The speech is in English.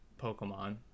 Pokemon